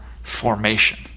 formation